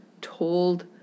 told